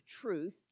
truth